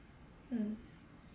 mm